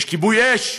יש כיבוי אש,